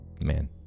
man